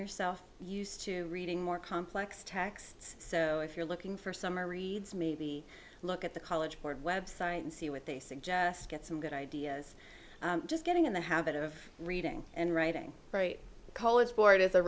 yourself used to reading more complex texts so if you're looking for summer reads maybe look at the college board website and see what they suggest get some good ideas just getting in the habit of reading and writing very college board is a